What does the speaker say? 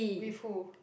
with who